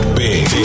big